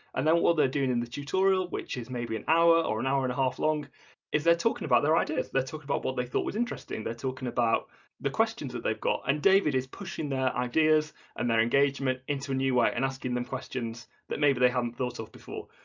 and then what they're doing in the tutorial which is maybe an hour or an hour and a half long is they're talking about their ideas, they're talking about what they thought was interesting, they're talking about the questions that they've got and david is pushing their ideas and their engagement into a new way and asking them questions that maybe they haven't thought of before.